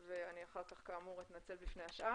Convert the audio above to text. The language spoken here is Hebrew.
ואחר כך אני כאמור אתנצל בפני השאר.